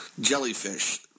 jellyfish